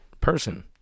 person